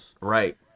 right